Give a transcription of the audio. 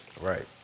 right